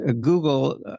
Google